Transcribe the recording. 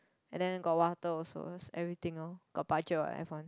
and then got water also everything lor got budget what F one